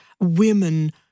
women